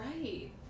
Right